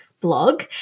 blog